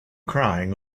crying